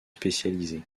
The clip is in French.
spécialisés